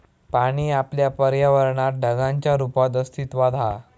पाणी आपल्या पर्यावरणात ढगांच्या रुपात अस्तित्त्वात हा